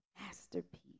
masterpiece